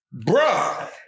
Bruh